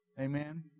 Amen